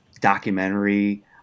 documentary